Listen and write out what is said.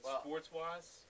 sports-wise